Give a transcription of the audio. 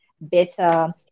better